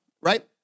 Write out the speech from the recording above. right